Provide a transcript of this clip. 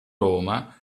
roma